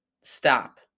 stop